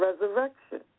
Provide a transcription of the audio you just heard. Resurrection